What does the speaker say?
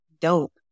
dope